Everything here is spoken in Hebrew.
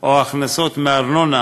או ההכנסות מארנונה